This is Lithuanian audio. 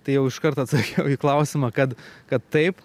tai jau iškart atsakau į klausimą kad kad taip